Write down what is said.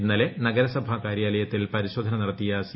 ഇന്നലെ നഗരസഭാ കാര്യാലയത്തിൽ പരിശോധന നടത്തിയ സി